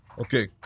okay